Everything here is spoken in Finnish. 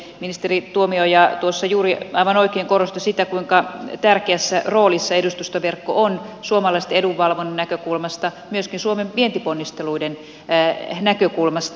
ministeri tuomioja tuossa juuri aivan oikein korosti sitä kuinka tärkeässä roolissa edustustoverkko on suomalaisten edunvalvonnan näkökulmasta myöskin suomen vientiponnisteluiden näkökulmasta